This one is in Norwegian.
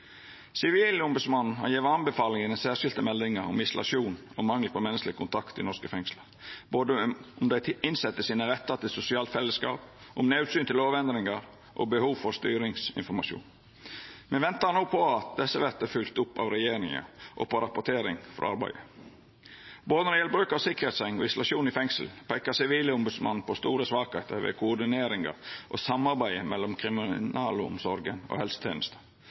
Sivilombodsmannen har gjeve anbefalingar i den særskilde meldinga om isolasjon og mangel på menneskeleg kontakt i norske fengsel, både om dei innsette sine rettar til sosialt fellesskap og naudsynte lovendringar og behov for styringsinformasjon. Me ventar no på at dette vert fylgt opp av regjeringa, og på rapportering frå arbeidet. Både når det gjeld bruk av sikkerheitsseng, og når det gjeld isolasjon i fengsel, peikar Sivilombodsmannen på store svakheiter ved koordineringa og samarbeidet mellom kriminalomsorga og helsetenesta.